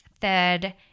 Third